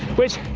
which,